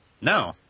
No